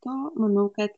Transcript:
to manau kad